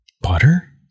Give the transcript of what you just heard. Butter